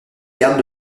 garde